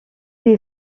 les